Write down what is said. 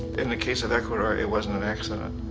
in the case of ecuador it wasn't an accident.